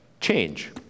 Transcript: change